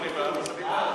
לוועדת הכלכלה נתקבלה.